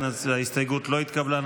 ההסתייגות לא התקבלה.